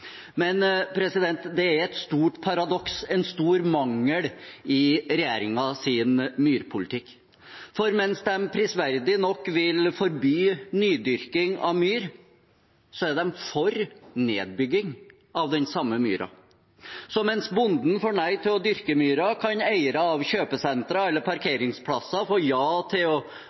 Men det er et stort paradoks, en stor mangel i regjeringens myrpolitikk, for mens de – prisverdig nok – vil forby nydyrking av myr, er de for nedbygging av den samme myra. Så mens bonden får nei til å dyrke myra, kan eiere av kjøpesentre eller parkeringsplasser få ja til å